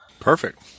perfect